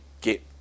get